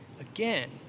Again